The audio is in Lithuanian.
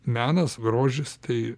menas grožis tai